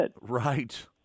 Right